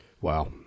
Wow